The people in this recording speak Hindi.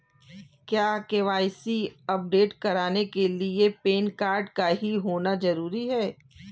क्या के.वाई.सी अपडेट कराने के लिए पैन कार्ड का ही होना जरूरी है?